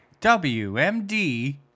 WMD